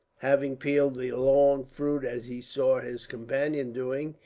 having peeled the long fruit as he saw his companion doing,